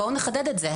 בואו נחדד את זה.